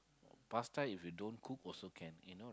pasta if you don't cook also can you know